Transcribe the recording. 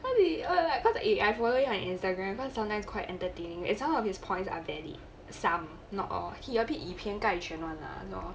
what if !aiya! what if I following on instagram cause sometimes quite entertaining its some of his points are valid some not all he a bit 以偏概全 one lah lor